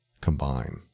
combine